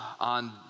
on